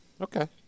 okay